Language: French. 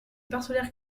parcellaire